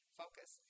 focus